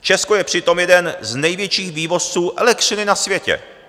Česko je přitom jeden z největších vývozců elektřiny na světě.